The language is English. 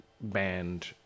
band